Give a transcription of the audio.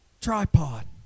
Tripod